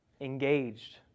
engaged